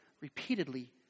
repeatedly